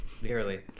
nearly